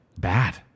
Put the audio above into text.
Bad